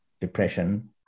depression